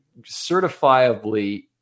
certifiably